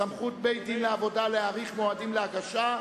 סמכות בית-הדין לעבודה להאריך מועדים להגשה),